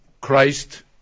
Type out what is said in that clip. Christ